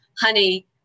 honey